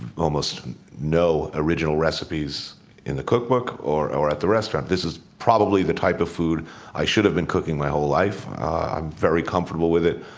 almost no original recipes in the cookbook or or at the restaurant. this is probably the type of food i should've been cooking my whole life i'm very comfortable with it.